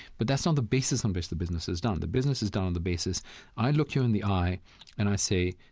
but that's not the basis on which the business is done. the business is done on the basis i look you in the eye and i say,